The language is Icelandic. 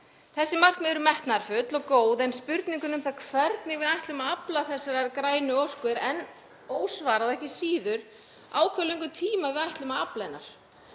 Þessi markmið eru metnaðarfull og góð en spurningunni um það hvernig við ætlum að afla þessarar grænu orku er enn ósvarað og ekki síður á hve löngum tíma við ætlum að afla hennar.